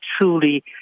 truly